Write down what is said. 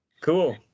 Cool